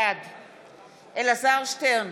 בעד אלעזר שטרן,